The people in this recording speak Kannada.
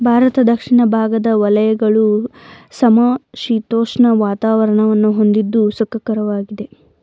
ಭಾರತದ ದಕ್ಷಿಣ ಭಾಗದ ವಲಯಗಳು ಸಮಶೀತೋಷ್ಣ ವಾತಾವರಣವನ್ನು ಹೊಂದಿದ್ದು ಸುಖಕರವಾಗಿದೆ